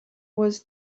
was